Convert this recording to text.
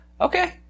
Okay